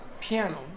piano